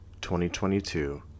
2022